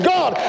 God